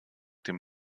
den